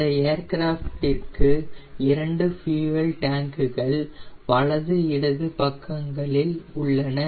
இந்த ஏர்கிராஃப்ட்டிற்கு இரண்டு ஃபியூயெல் டேங்க் கள் வலது இடது பக்கங்களில் உள்ளன